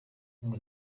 ngo